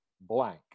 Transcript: blank